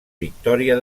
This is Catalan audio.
victòria